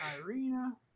Irina